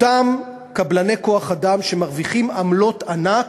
אותם קבלני כוח-אדם שמרוויחים עמלות ענק